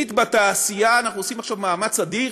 שנית, בתעשייה אנחנו עושים עכשיו מאמץ אדיר.